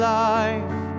life